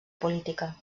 política